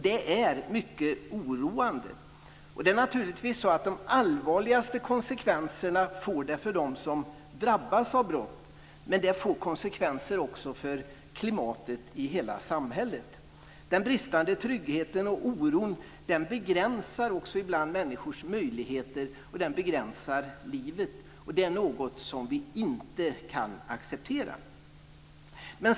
Det är mycket oroande. De allvarligaste konsekvenserna av brottsligheten är naturligtvis att drabbas av brott. Men det får konsekvenser också för klimatet i hela samhället. Den bristande tryggheten och oron begränsar också ibland människors möjligheter och deras liv. Det är något som vi inte kan acceptera.